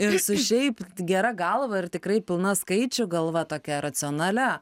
ir su šiaip gera galva ir tikrai pilna skaičių galva tokia racionalia